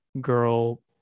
girl